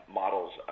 models